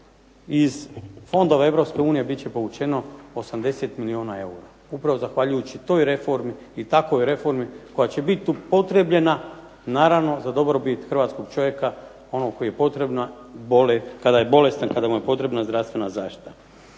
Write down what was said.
unije bit će povučeno 80 milijuna eura. Upravo zahvaljujući toj reformi i takvoj reformi koja će biti upotrebljena naravno za dobrobit hrvatskog čovjeka kada je bolestan kada mu je potrebna zdravstvena zaštita.